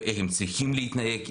ואיך הם צריכים להתנהג איתם,